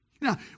Now